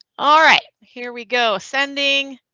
alright, here we go sending.